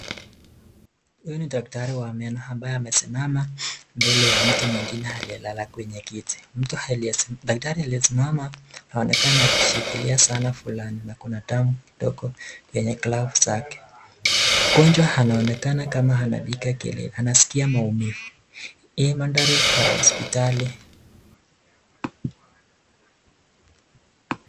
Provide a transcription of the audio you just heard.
Huyu ni daktari wa meno aliyesimama mbele ya mtu mwingine aliyelala kwenye kiti. Daktari aliyesimama anaonekana akishikilia sana fulana na kuna damu kidogo kwenye glavu zake. Mgonjwa anaonekana kama anapiga kelele anaskia maumivu, hii mandhari ya hospitali.